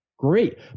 Great